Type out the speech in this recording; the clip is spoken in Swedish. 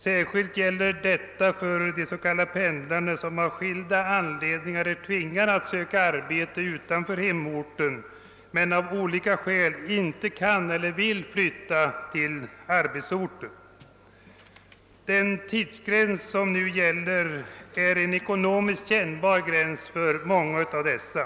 Särskilt gäller detta för de s.k. pendlarna, som av skilda anledningar är tvingade att söka arbete utanför hemorten, men av olika skäl inte kan eller vill flytta till arbetsorten. Den tidsgräns som nu gäller är ekonomiskt kännbar för många av dessa.